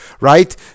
right